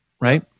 Right